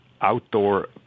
outdoor